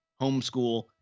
homeschool